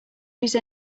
use